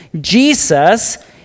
jesus